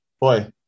boy